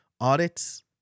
audits